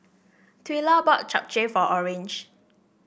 Twila bought Japchae for Orange